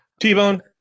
T-Bone